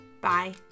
Bye